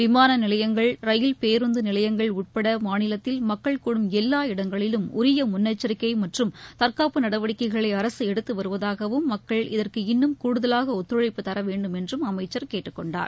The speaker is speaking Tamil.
விமானநிலையங்கள் ரயில் பேருந்துநிலையங்கள் உட்படமாநிலத்தில் மக்கள் கூடும் எல்லா இடங்களிலும் உரியமுன்னெச்சரிக்கைமற்றும் தற்காப்பு நடவடிக்கைகளைஅரசுஎடுத்துவருவதாகவும் மக்கள் இதற்கு இன்னும் கூடுதலாகஒத்துழைப்பு தரவேண்டும் என்றும் அமைச்சர் கேட்டுக்கொண்டார்